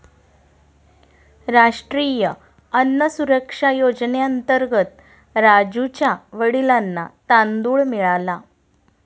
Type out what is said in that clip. राष्ट्रीय अन्न सुरक्षा योजनेअंतर्गत राजुच्या वडिलांना तांदूळ मिळाला